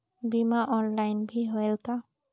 बीमा ऑनलाइन भी होयल का?